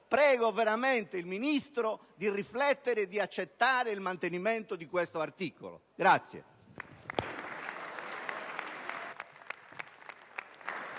Prego veramente il Ministro di riflettere e di accettare il mantenimento di questo articolo.